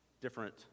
different